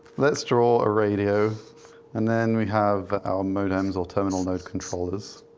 let's draw a radio and then we have our modems, or terminal node controllers,